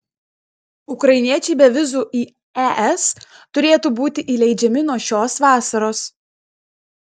ukrainiečiai be vizų į es turėtų būti įleidžiami nuo šios vasaros